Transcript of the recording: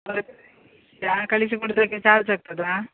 ಕಳಿಸಿಕೊಡುವುದಕ್ಕೆ charge ಆಗ್ತದಾ